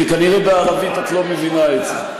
כי כנראה בערבית את לא מבינה את זה.